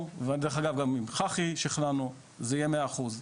דרך אגב גם עם חח"י שכללנו, זה יהיה מאה אחוז.